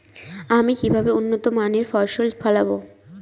আমি কিভাবে উন্নত মানের ফসল ফলাবো?